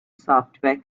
software